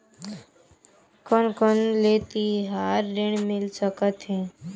कोन कोन ले तिहार ऋण मिल सकथे?